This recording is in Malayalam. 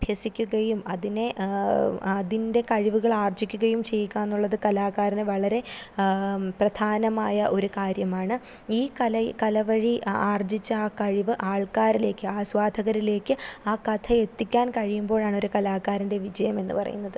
അഭ്യസിക്കുകയും അതിനെ അതിൻ്റെ കഴിവുകൾ ആർജ്ജിക്കുകയും ചെയ്യുകാന്നുള്ളത് കലാകാരന് വളരെ പ്രധാനമായ ഒരു കാര്യമാണ് ഈ കല കലവഴി ആർജ്ജിച്ച ആ കഴിവ് ആൾക്കാരിലേക്ക് ആസ്വാദകരിലേക്ക് ആ കഥ എത്തിക്കാൻ കഴിയുമ്പോഴാണ് ഒരു കലാകാരൻ്റെ വിജയം എന്നു പറയുന്നത്